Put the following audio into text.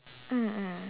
mm mm